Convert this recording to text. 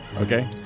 Okay